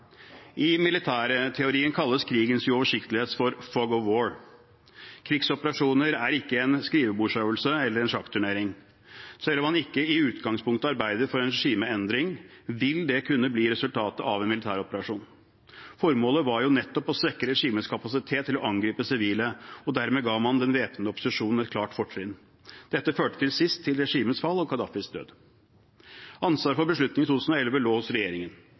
I militærteorien kalles krigens uoversiktlighet for «fog of war». Krigsoperasjoner er ikke en skrivebordsøvelse eller en sjakkturnering. Selv om man ikke i utgangspunktet arbeider for en regimeendring, vil det kunne bli resultatet av en militæroperasjon. Formålet var jo nettopp å svekke regimets kapasitet til å angripe sivile, og dermed ga man den væpnede opposisjonen et klart fortrinn. Dette førte til sist til regimets fall og Gaddafis død. Ansvaret for beslutningen i 2011 lå hos regjeringen,